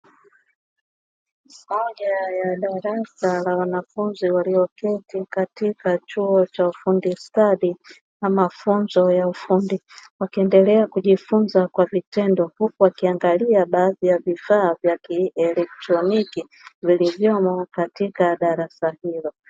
Mmoja ya darasa la wanafunzi walioketi katika chuo cha ufundi stadi na mafunzo ya ufundi, wakiendelea kujifunza kwa vitendo huku wakiangalia baadhi ya vifaa vya kielektroniki vilivyomo katika darasa hilo.